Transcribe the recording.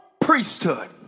priesthood